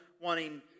wanting